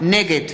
נגד